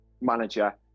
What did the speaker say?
manager